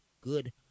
Good